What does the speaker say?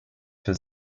für